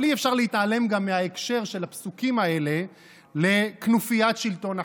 אבל אי-אפשר להתעלם גם מההקשר של הפסוקים האלה לכנופיית שלטון החוק.